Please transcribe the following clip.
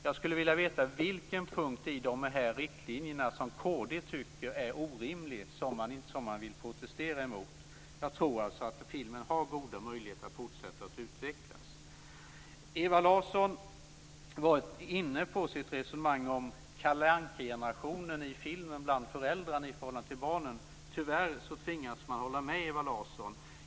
Jag skulle vilja veta vilken punkt i dessa riktlinjer som kd tycker är orimlig och som man vill protestera emot. Jag tror att filmen har goda möjligheter att fortsätta att utvecklas. Ewa Larsson var i sitt resonemang inne på Kalle Anka-generationen bland föräldrarna i förhållande till barnen. Tyvärr tvingas man hålla med Ewa Larsson.